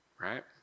right